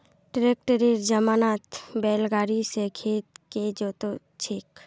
ट्रैक्टरेर जमानात बैल गाड़ी स खेत के जोत छेक